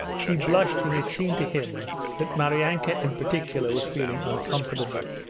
he blushed, and it seemed to him that maryanka in particular was feeling uncomfortable.